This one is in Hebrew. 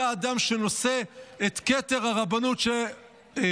זה האדם שנושא את כתר הרבנות שהוליד,